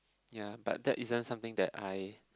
ya but that isn't something that I